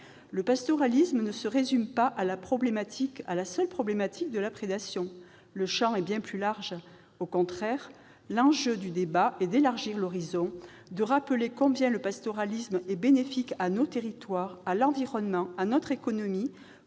Le pastoralisme ne se résume pas à la seule problématique de la prédation. Le champ est bien plus large. Au contraire, l'enjeu du débat est d'élargir l'horizon, de rappeler combien le pastoralisme est bénéfique à nos territoires, à l'environnement, à notre économie